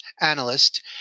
analyst